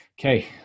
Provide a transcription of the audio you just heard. Okay